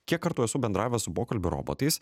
kiek kartų esu bendravęs su pokalbių robotais